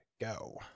go